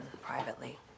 privately